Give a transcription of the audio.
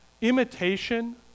imitation